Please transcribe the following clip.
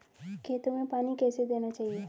खेतों में पानी कैसे देना चाहिए?